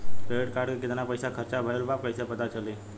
Credit card के कितना पइसा खर्चा भईल बा कैसे पता चली?